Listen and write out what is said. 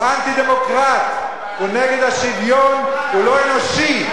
הוא אנטי-דמוקרט, הוא נגד השוויון, הוא לא אנושי,